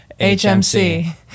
HMC